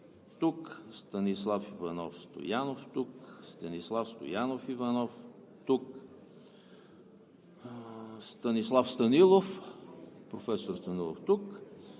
Станислав Иванов Стоянов - тук Станислав Стоянов